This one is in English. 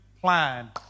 plan